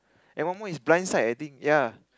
and one more is blinds right I think ya